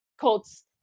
Colts